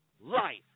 life